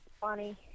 funny